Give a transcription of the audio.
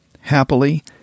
happily